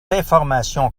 informations